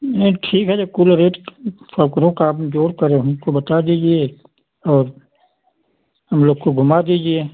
नहीं ठीक है तो कूल रेट कम करो आप जोड़ कर हमको बता दीजिए और हम लोग को घूमा दीजिए